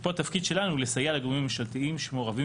ופה התפקיד שלנו לסייע לגורמים הממשלתיים שמעורבים